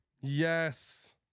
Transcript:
yes